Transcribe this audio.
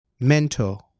mentor